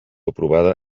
aprovada